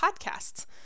podcasts